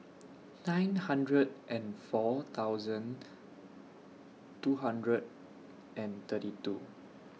nine hundred and four thousand two hundred and thirty two